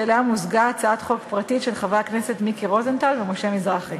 שאליה מוזגה הצעת חוק פרטית של חברי הכנסת מיקי רוזנטל ומשה מזרחי.